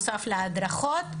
בנוסף להדרכות.